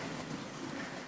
(חברי הכנסת מכבדים בקימה את זכרם